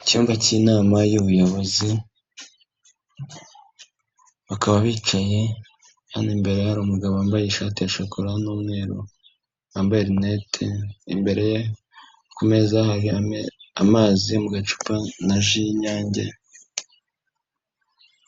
Icyumba cy'inama y'ubuyobozi, bakaba bicaye hano imbere ye hari umugabo wambaye ishati ya shokora n'umweru, yambaye rinete, imbere ye ku meza hari amazi mugacupa na Jus y'inyange,